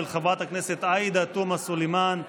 של חברת הכנסת עאידה תומא סלימאן,